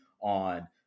on